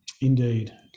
indeed